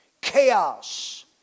chaos